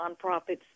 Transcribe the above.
nonprofits